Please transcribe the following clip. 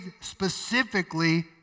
specifically